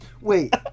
Wait